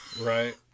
right